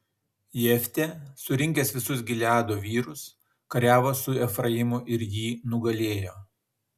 jeftė surinkęs visus gileado vyrus kariavo su efraimu ir jį nugalėjo